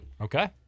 Okay